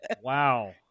Wow